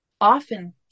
often